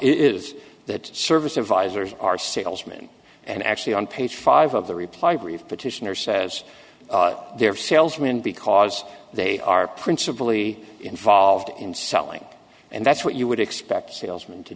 is that service advisors are salesmen and actually on page five of the reply brief petitioner says they're salesmen because they are principle e involved in selling and that's what you would expect salesman to